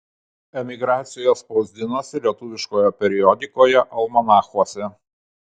emigracijoje spausdinosi lietuviškoje periodikoje almanachuose